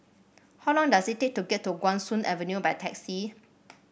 how long does it take to get to Guan Soon Avenue by taxi